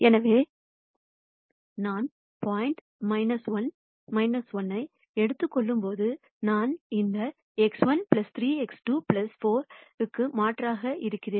எனவே நான் பாயிண்ட் 1 1 ஐ எடுத்துக் கொள்ளும்போது நான் இந்த x 1 3 x 2 4 க்கு மாற்றாக இருக்கிறேன்